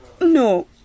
No